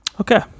okay